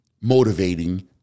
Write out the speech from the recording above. motivating